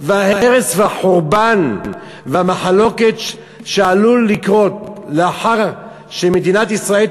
וההרס והחורבן והמחלוקת שעלולים לקרות לאחר שמדינת ישראל תיכנע,